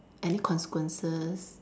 any consequences